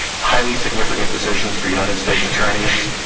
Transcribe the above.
highly signifi decisions for united states attorney you